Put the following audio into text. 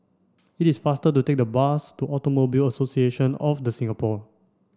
it is faster to take the bus to Automobile Association of the Singapore